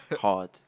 hard